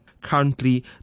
Currently